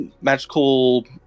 magical